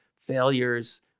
failures